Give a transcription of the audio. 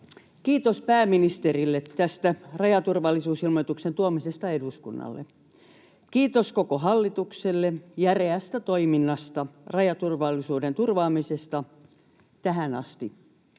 Kiitos pääministerille tästä rajaturvallisuusilmoituksen tuomisesta eduskunnalle. Kiitos koko hallitukselle järeästä toiminnasta, rajaturvallisuuden turvaamisesta tähän asti.